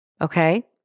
Okay